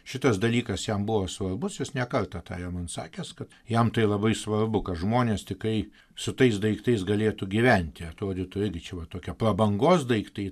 šitas dalykas jam buvo svarbus jis ne kartą tą yra man sakęs kad jam tai labai svarbu kad žmonės tikai su tais daiktais galėtų gyventi atrodytų irgi čia vat tokie prabangos daiktai